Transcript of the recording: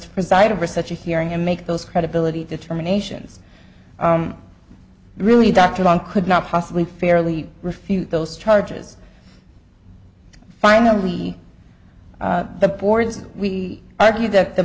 to preside over such a hearing and make those credibility determinations really dr long could not possibly fairly refute those charges finally the board's we argued that the